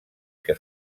que